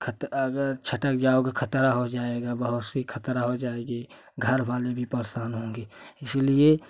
खत अगर झटका जाओगे ख़तरा हो जाएगी बहुत सा ख़तरा हो जाएगा घर वाले भी परेशान होंगे इसी लिए